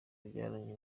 yabyaranye